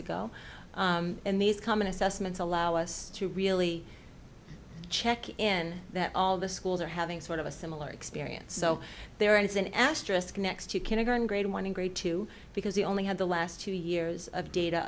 in these common assessments allow us to really check in that all the schools are having sort of a similar experience so there is an asterisk next to kindergarten grade one in grade two because we only have the last two years of data